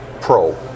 pro